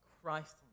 Christ